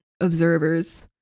observers